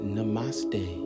Namaste